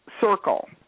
circle